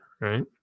right